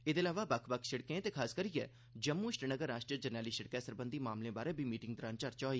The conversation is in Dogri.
एह्दे अलावा बक्ख बक्ख सिड़कें ते खासकरियै जम्मू श्रीनगर राष्ट्री जरनैली सिड़क सरबंधी मामलें बारै बी मीटिंग दौरान चर्चा होई